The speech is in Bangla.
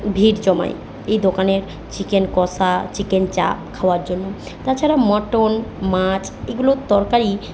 ভিড় জমায় এই দোকানের চিকেন কষা চিকেন চাপ খাওয়ার জন্য তাছাড়া মটন মাছ এগুলোর তরকারি